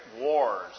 wars